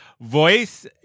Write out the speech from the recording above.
Voice